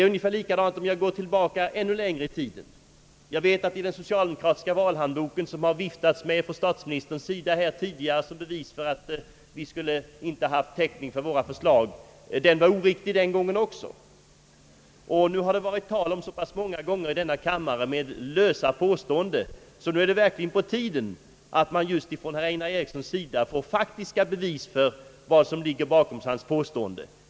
Liknande är förhållandet om jag går tillbaka ännu längre i tiden. Jag vet att uppgifterna i den socialdemokratiska valhandboken, som det viftats med från statsministerns sida tidigare såsom bevis för att vi inte skulle haft täckning för våra förslag, också var oriktiga. Nu har det varit tal om detta så pass många gånger med lösa påståeuden i denna kammare, att det verkligen är på tiden att man just från herr Einar Erikssons sida får faktiska bevis för vad som ligger bakom påståendena.